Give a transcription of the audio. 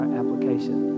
application